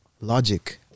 logic